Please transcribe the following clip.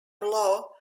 law